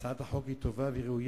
לא מוותר על שום הצעת חוק ולא על זכות